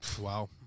Wow